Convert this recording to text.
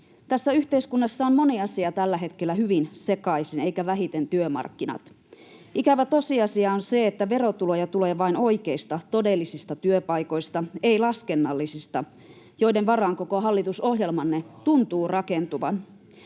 tässä yhteiskunnassa on moni asia tällä hetkellä hyvin sekaisin, eivätkä vähiten työmarkkinat. Ikävä tosiasia on se, että verotuloja tulee vain oikeista, todellisista työpaikoista, ei laskennallisista, joiden varaan koko hallitusohjelmanne tuntuu rakentuvan.